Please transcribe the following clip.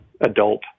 adult